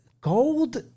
gold